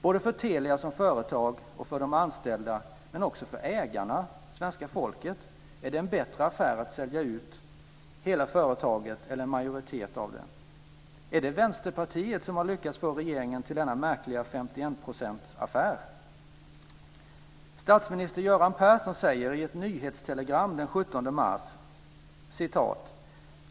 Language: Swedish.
Både för Telia som företag och för de anställda, men också för ägarna, svenska folket, är det en bättre affär att sälja ut hela företaget eller en majoritet av det. Är det Vänsterpartiet som har lyckats få regeringen till denna märkliga 51-procentsaffär? Statsminister Göran Persson säger i ett nyhetstelegram den 17 mars.